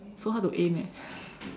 so hard to aim eh